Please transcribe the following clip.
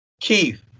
Keith